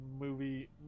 movie